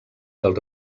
del